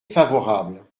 favorable